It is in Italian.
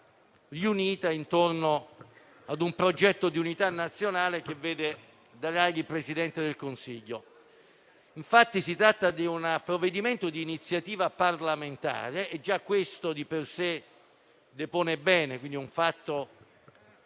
ritrovata intorno a un progetto di unità nazionale che vede Draghi come Presidente del Consiglio. Si tratta infatti di un provvedimento di iniziativa parlamentare e già questo di per sé depone bene. È un fatto